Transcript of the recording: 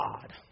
God